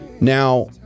Now